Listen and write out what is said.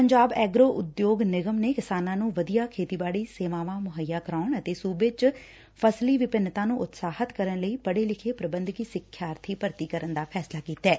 Punjab agro ਉਦਯੋਗ ਨਿਗਮ ਨੇ ਕਿਸਾਨਾਂ ਨੂੰ ਵਧੀਆ ਖੇਤੀਬਾੜੀ ਸੇਵਾਵਾਂ ਮੁਹੱਈਆ ਕਰਾਉਣ ਅਤੇ ਸੂਬੇ ਚ ਫਸਲੀ ਵਿੰਭਿਨਤਾ ਨੂੰ ਉਤਸ਼ਾਹਿਤ ਕਰਨ ਲਈ ਪੜੇ ਲਿਖੇ ਪ੍ਰਬੰਧਕੀ ਸਿਖਿਆਰਥੀ ਭਰਤੀ ਕਰਨ ਦਾ ਫੈਸਲਾ ਕੀਤੈ